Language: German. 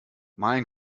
mein